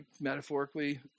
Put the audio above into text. metaphorically